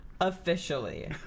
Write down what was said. Officially